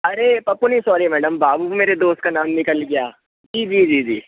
अरे पप्पू नहीं sorry madam बाबू मेरे दोस्त का नाम निकल गया जी जी जी जी